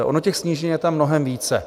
Ono těch snížení je tam mnohem více.